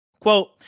Quote